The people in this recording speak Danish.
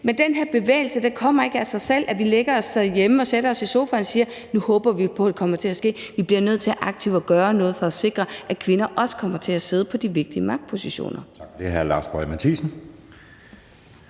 Men den her bevægelse kommer ikke af sig selv, altså at vi sætter os i sofaen derhjemme og siger, at vi jo nu håber på, at det kommer til at ske, men vi bliver nødt til aktivt at gøre noget for at sikre, at kvinder kommer til at sidde i de vigtige magtpositioner.